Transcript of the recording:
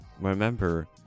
remember